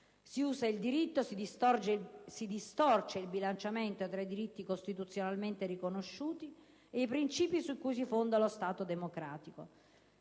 Si usa il diritto, si distorce il bilanciamento tra i diritti costituzionalmente riconosciuti e i principi su cui si fonda lo Stato democratico